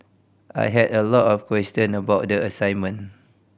I had a lot of question about the assignment